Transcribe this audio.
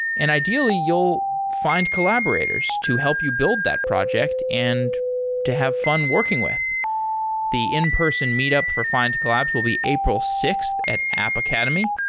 and ideally, you'll find collaborators to help you build that project and to have fun working with the in-person meetup for findcollabs will be april sixth at app academy.